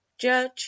judge